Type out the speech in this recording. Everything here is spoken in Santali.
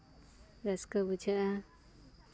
ᱨᱟᱹᱥᱠᱟᱹ ᱵᱩᱡᱷᱟᱹᱜᱼᱟ